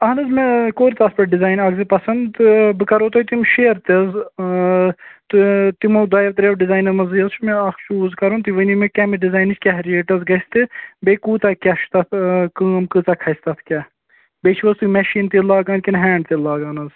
اَہَن حظ مےٚ کوٚر تَتھ پٮ۪ٹھ ڈِزایِن اَکھ زٕ پَسنٛد تہٕ بہٕ کَرہو تۄہہِ تِم شِیر تہِ حظ تہٕ تِمو دۄیو ترٛیو ڈِزاینو منٛزٕے حظ چھُ مےٚ اَکھ چوٗز کَرُن تُہۍ ؤنِو مےٚ کَمہِ ڈِزاینٕچ کیٛاہ ریٹ حظ گژھِ تہِ بیٚیہِ کوٗتاہ کیٛاہ چھُ تَتھ کٲم کۭژاہ کھسہِ تَتھ کیٛاہ بیٚیہِ چھُو حظ تُہۍ میشیٖن تِلہٕ لاگان کِنہٕ ہینٛڈ تِلہٕ لاگان حظ